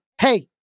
hey